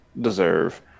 deserve